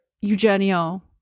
Eugenio